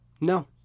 No